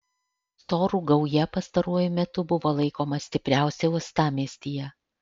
storų gauja pastaruoju metu buvo laikoma stipriausia uostamiestyje